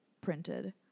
printed